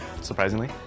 surprisingly